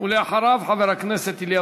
חבר הכנסת אברהם מיכאלי.